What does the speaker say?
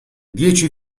dieci